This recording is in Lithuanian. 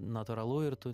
natūralu ir tu